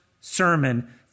sermon